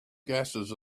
gases